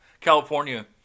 California